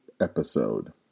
episode